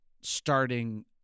starting